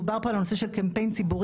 דובר פה על הנושא של קמפיין ציבורי.